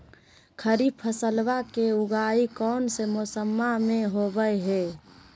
खरीफ फसलवा के उगाई कौन से मौसमा मे होवय है?